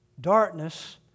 Darkness